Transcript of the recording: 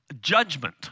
judgment